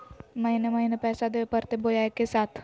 महीने महीने पैसा देवे परते बोया एके साथ?